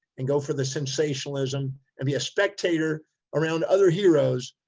and go for the sensationalism and be a spectator around other heroes,